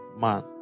man